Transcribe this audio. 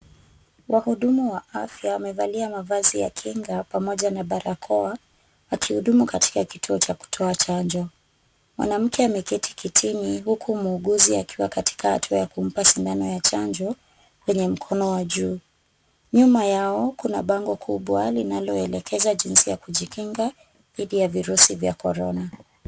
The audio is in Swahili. Wahudumu wa afya wamevalia mavazi ya kinga pamoja na barakoa wakihudumu katika kituo cha kutoa chanjo, mwanamke ameketi kitini huku muuguzi akiwa katika hatua ya kumpa sindano ya chanjo kwenye mkono wa juu, nyuma yao kuna bango kubwa linaloelekeza jinsi ya kujikinga dhidi ya virusi vya korona.